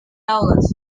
ahogas